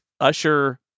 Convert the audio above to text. Usher